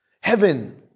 Heaven